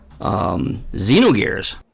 Xenogears